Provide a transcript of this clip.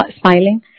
smiling